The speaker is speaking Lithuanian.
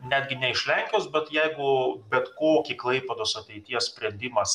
netgi ne iš lenkijos bet jeigu bet kokį klaipėdos ateities sprendimas